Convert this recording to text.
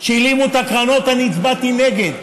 כשהלאימו את הקרנות אני הצבעתי נגד,